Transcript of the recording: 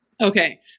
Okay